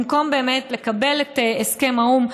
במקום באמת לקבל את הסכם האו"ם,